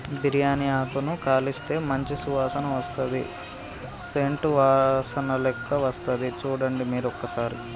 బిరియాని ఆకును కాలిస్తే మంచి సువాసన వస్తది సేంట్ వాసనలేక్క వస్తది చుడండి మీరు ఒక్కసారి